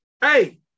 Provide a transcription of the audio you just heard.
Hey